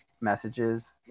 messages